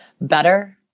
better